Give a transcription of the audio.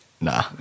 nah